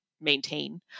maintain